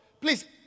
Please